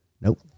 nope